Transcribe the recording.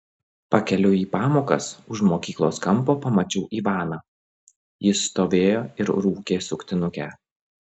pakeliui į pamokas už mokyklos kampo pamačiau ivaną jis stovėjo ir rūkė suktinukę